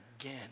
again